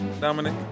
Dominic